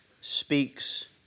speaks